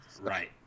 Right